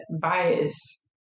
bias